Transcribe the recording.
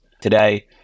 today